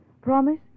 Promise